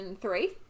three